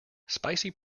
spicy